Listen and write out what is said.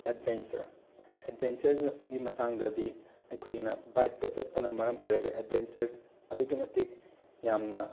adventure ꯑꯦꯠꯕꯦꯟꯆꯔꯒꯤ ꯃꯇꯥꯡꯗꯗꯤ ꯑꯩꯈꯣꯏꯅ ꯕꯥꯏꯛꯇ ꯆꯠꯄꯅ ꯃꯔꯝ ꯑꯣꯏꯔꯒ ꯑꯦꯠꯕꯦꯟꯆꯔ ꯑꯗꯨꯛꯀꯤ ꯃꯇꯤꯛ ꯌꯥꯝꯅ